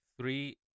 three